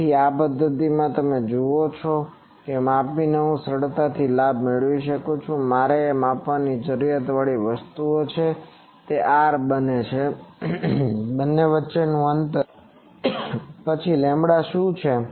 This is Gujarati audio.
તેથી આ પદ્ધતિમાં તમે જુઓ છો કે માપીને હું સરળતાથી લાભ મેળવી શકું છું મારે એક માપવાની જરૂરિયાતવાળી વસ્તુઓ શું છે તે R છે બંને વચ્ચે શું અંતર છે પછી લેમ્બડા શું છે